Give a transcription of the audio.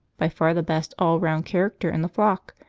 by far the best all-round character in the flock,